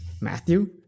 Matthew